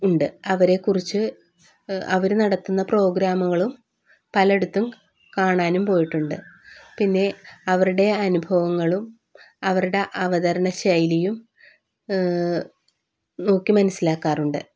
ഉണ്ട് അവരെക്കുറിച്ച് അവർ നടത്തുന്ന പ്രോഗ്രാമുകളും പലയിടത്തും കാണാനും പോയിട്ടുണ്ട് പിന്നെ അവരുടെ അനുഭവങ്ങളും അവരുടെ അവതരണ ശൈലിയും നോക്കി മനസ്സിലാക്കാറുണ്ട്